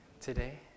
today